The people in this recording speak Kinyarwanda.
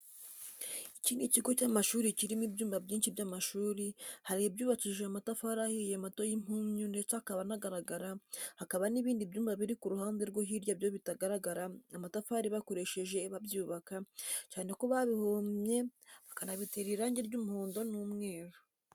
Iki ni ikigo cy'amashuri kirimo ibyumba byinshi by'amashuri, hari ibyubakishije amatafari ahiye mato y'impunyu ndetse akaba anagaragara, hakaba n'ibindi byumba biri ku ruhande rwo hirya byo bitagaragara amatafari bakoresheje babyubaka, cyane ko babihomye bakanabitera irangi ry'umuhondo n'umweru.